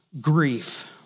grief